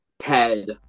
Ted